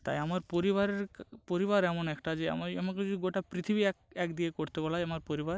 তাই আমার পরিবারের পরিবার এমন একটা যে আমি আমাকে যদি গোটা পৃথিবী এক এক দিকে করতে বলা হয় আমার পরিবার